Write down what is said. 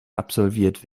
absolviert